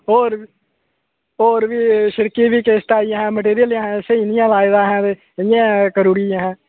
होर होर बी शिड़कें दी किस्त आई ऐ अहें मटीरियल लेई स्हेई नेईं ऐ आए दा ऐहें ते इं'या करी ओड़ी ऐ अहें